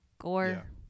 gore